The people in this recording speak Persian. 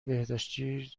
بهداشتی